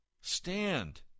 Stand